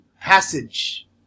Passage